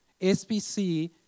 SBC